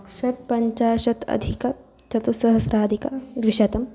षट्पञ्चाशदधिकचतुस्सहस्राधिकद्विशतम्